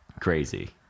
crazy